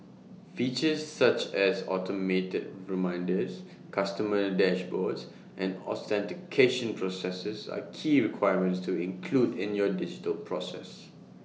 features such as automated reminders customer dashboards and authentication processes are key requirements to include in your digital process